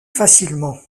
facilement